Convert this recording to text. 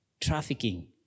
trafficking